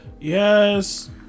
yes